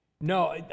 No